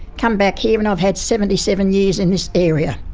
come back here, and i've had seventy seven years in this area.